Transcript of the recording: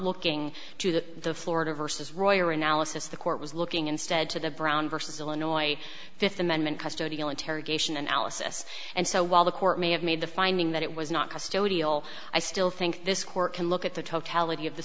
looking to the florida versus royer analysis the court was looking instead to the brown versus illinois fifth amendment custody interrogation analysis and so while the court may have made the finding that it was not custodial i still think this court can look at the totality of the